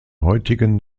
heutigen